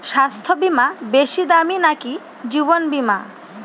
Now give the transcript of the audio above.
স্বাস্থ্য বীমা বেশী দামী নাকি জীবন বীমা?